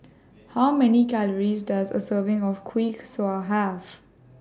How Many Calories Does A Serving of Kuih Kaswi Have